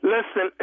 Listen